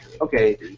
okay